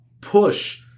push